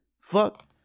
Fuck